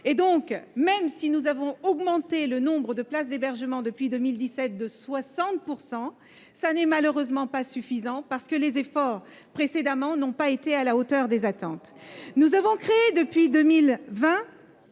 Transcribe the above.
loin. Même si nous avons augmenté de 60 % le nombre de places d'hébergement depuis 2017, cela n'est malheureusement pas suffisant, parce que les efforts précédents n'ont pas été à la hauteur des attentes. Nous avons créé, depuis 2020,